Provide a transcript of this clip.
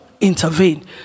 intervene